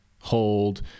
hold